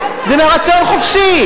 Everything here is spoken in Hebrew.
שר החוץ היה אותו שר חוץ,